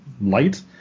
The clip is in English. Light